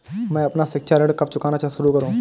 मैं अपना शिक्षा ऋण कब चुकाना शुरू करूँ?